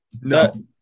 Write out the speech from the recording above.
No